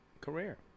career